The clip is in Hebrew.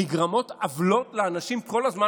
נגרמות עוולות לאנשים כל הזמן.